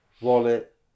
wallet